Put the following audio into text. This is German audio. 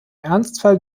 ernstfall